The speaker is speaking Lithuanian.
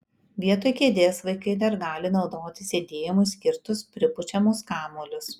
vietoj kėdės vaikai dar gali naudoti sėdėjimui skirtus pripučiamus kamuolius